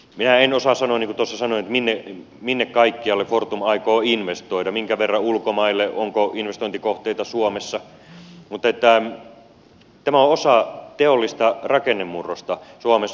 minä en osaa sanoa niin kuin tuossa sanoin minne kaikkialle fortum aikoo investoida minkä verran ulkomaille onko investointikohteita suomessa mutta tämä on osa teollista rakennemurrosta suomessa